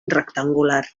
rectangular